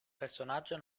personaggio